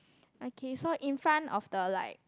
okay so in front of the like